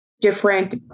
different